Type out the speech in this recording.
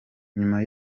nyuma